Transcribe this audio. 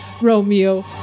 Romeo